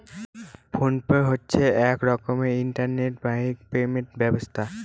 phone pay হচ্ছে এক রকমের ইন্টারনেট বাহিত পেমেন্ট ব্যবস্থা